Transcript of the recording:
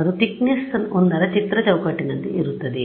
ಅದು ತಿಕ್ನೆಸ್ 1 ರ ಚಿತ್ರ ಚೌಕಟ್ಟಿನಂತೆ ಇರುತ್ತದೆ